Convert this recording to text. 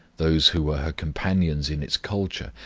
those who were her companions in its culture,